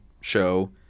show